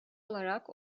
olarak